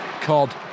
Cod